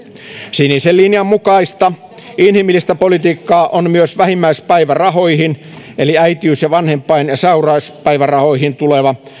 sinisen linjan mukaista inhimillistä politiikkaa on myös vähimmäispäivärahoihin eli äitiys vanhempain ja sairauspäivärahoihin tuleva